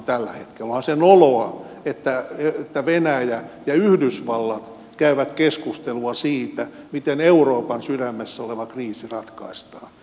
onhan se noloa että venäjä ja yhdysvallat käyvät keskustelua siitä miten euroopan sydämessä oleva kriisi ratkaistaan